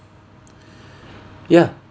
ya